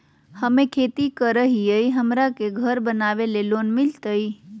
हमे खेती करई हियई, हमरा के घर बनावे ल लोन मिलतई?